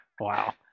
Wow